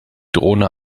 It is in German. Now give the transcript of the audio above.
drohne